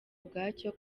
ubwacyo